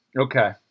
okay